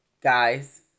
guys